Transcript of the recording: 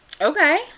Okay